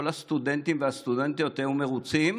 כל הסטודנטים והסטודנטיות היו מרוצים,